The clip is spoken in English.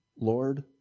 Lord